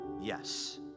yes